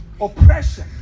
Oppression